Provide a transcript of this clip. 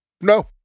No